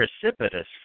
precipitous